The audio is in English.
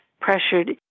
pressured